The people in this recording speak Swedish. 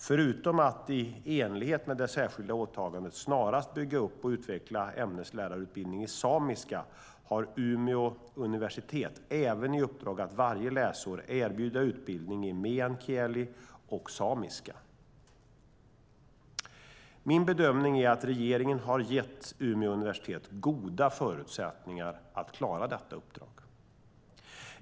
Förutom att i enlighet med det särskilda åtagandet snarast bygga upp och utveckla ämneslärarutbildning i samiska har Umeå universitet även i uppdrag att varje läsår erbjuda utbildning i meänkieli och samiska. Min bedömning är att regeringen har gett Umeå universitet goda förutsättningar att klara detta uppdrag.